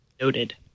Noted